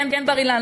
כן בר-אילן,